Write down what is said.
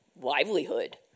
livelihood